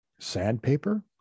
sandpaper